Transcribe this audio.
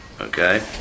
Okay